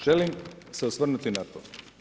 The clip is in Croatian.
Želim se osvrnuti na to.